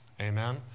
Amen